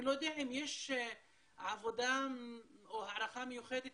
אני לא יודע אם יש עבודה או הערכה מיוחדת